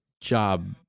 job